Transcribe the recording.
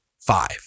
five